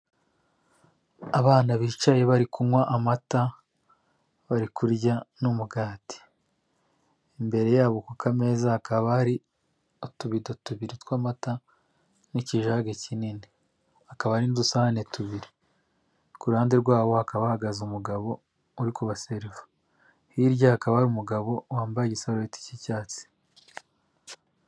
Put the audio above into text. Abana bicaye bari kunywa amata bari kurya n'umugati, imbere yabo ku kukomeza ha akaba hari utubido tubiri tw'amata n'ikijaga kinini, hakaba n'udusahane tubiri, kuru ruhande rwabo akaba ahagaze umugabo uri kubaseriva hirya hakaba umugabo wambaye igisarubeti cy'icyatsi.